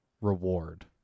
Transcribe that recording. reward